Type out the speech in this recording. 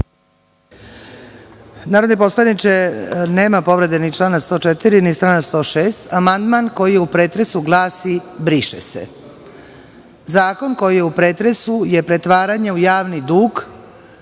Narodni poslaniče, nema povrede ni člana 104. ni člana 106. Amandman koji je u pretresu glasi – briše se. Zakon koji je u pretresu je pretvaranje u javni dug